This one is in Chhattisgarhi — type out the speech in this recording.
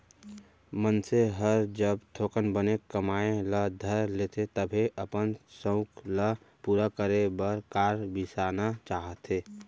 मनसे हर जब थोकन बने कमाए ल धर लेथे तभे अपन सउख ल पूरा करे बर कार बिसाना चाहथे